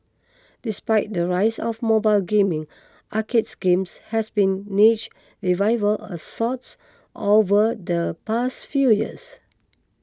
despite the rise of mobile gaming arcade games has been niche revival a sorts over the past few years